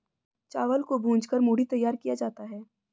चावल को भूंज कर मूढ़ी तैयार किया जाता है